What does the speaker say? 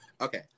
Okay